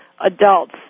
adults